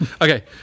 Okay